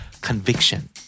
Conviction